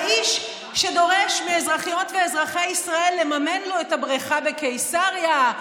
האיש שדורש מאזרחיות ואזרחי ישראל לממן לו את הבריכה בקיסריה,